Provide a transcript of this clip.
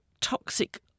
toxic